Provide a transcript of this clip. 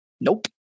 Nope